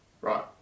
Right